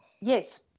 Yes